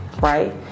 right